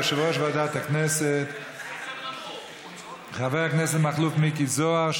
יושב-ראש ועדת הכנסת חבר הכנסת מכלוף מיקי זוהר,